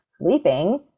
sleeping